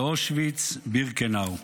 לאושוויץ-בירקנאו.